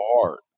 heart